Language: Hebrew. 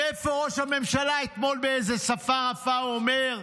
ואיפה ראש הממשלה, אתמול באיזה שפה רפה הוא אומר: